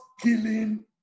killing